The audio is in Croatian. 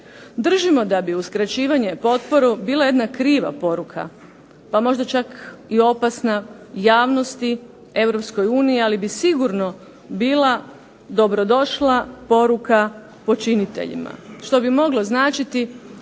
Držimo da bi uskraćivanje potpore bila jedna kriva poruka, pa možda čak i opasna javnosti, Europskoj uniji. Ali bi sigurno bila dobro došla poruka počiniteljima što bi moglo značiti